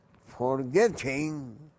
forgetting